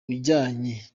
ujyanye